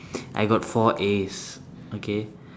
I got four As okay